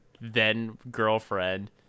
then-girlfriend